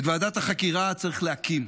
את ועדת החקירה צריך להקים,